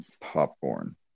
popcorn